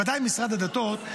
ודאי משרד הדתות,